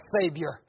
Savior